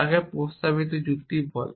তাকে প্রস্তাবিত যুক্তি বলে